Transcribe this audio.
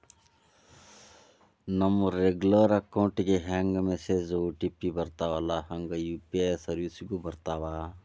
ನಮ regular account ಗೆ ಹೆಂಗ ಮೆಸೇಜ್ ಒ.ಟಿ.ಪಿ ಬರ್ತ್ತವಲ್ಲ ಹಂಗ ಯು.ಪಿ.ಐ ಸೆರ್ವಿಸ್ಗು ಬರ್ತಾವ